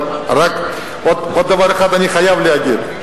אבל רק עוד דבר אחד אני חייב להגיד.